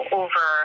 over